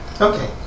Okay